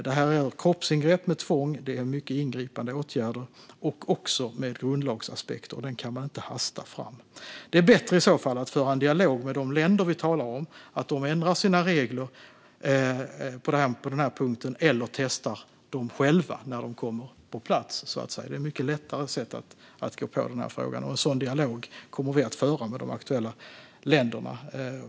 Det är fråga om kroppsingrepp med tvång. Det är starkt ingripande åtgärder med grundlagsaspekter. Sådant kan man inte hasta fram. Det är i så fall bättre att föra en dialog med de länder det gäller om att de ska ändra sina regler på den här punkten eller testa dem själva när de kommer på plats. Det är ett mycket lättare sätt att hantera den här frågan. En sådan dialog kommer vi att föra med de aktuella länderna.